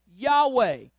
Yahweh